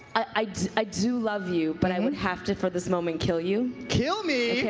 i i do love you, but i would have to for this moment kill you. kill me?